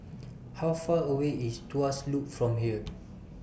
How Far away IS Tuas Loop from here